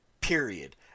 Period